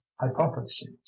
hypothesis